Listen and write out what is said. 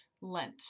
Lent